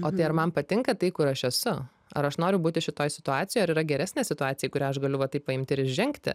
o tai ar man patinka tai kur aš esu ar aš noriu būti šitoj situacijoj ar yra geresnė situacija į kurią aš galiu va taip paimti ir įžengti